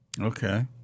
Okay